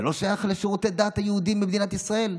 זה לא שייך לשירותי הדת היהודיים במדינת ישראל?